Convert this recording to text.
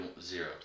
zero